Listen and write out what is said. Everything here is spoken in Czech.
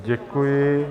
Děkuji.